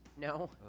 No